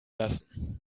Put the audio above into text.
lassen